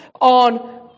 on